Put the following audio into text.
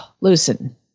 loosen